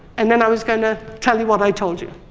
and then i was going to tell you what i told you.